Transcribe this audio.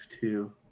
two